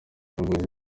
umuyobozi